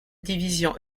division